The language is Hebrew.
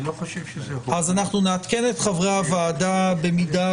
אנחנו נעדכן את חברי הוועדה במידה